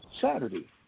Saturday